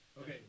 Okay